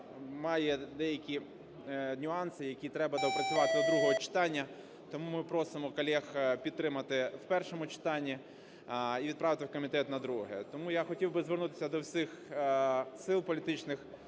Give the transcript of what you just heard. має деякі нюанси, які треба доопрацювати до другого читання. Тому ми просимо колег підтримати в першому читанні і відправити в комітет на друге. Тому я хотів би звернутися до всіх сил політичних